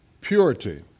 Purity